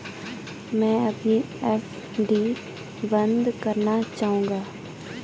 मैं अपनी एफ.डी बंद करना चाहूंगा